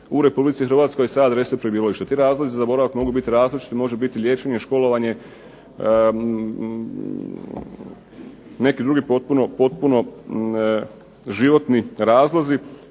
ih ne bi brisali u RH sa adrese prebivališta. Ti razlozi za boravak mogu biti različiti. Može biti liječenje, školovanje, neki drugi potpuno životni razlozi